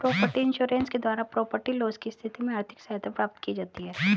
property insurance के द्वारा property loss की स्थिति में आर्थिक सहायता प्राप्त की जाती है